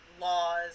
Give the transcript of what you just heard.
laws